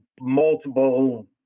multiple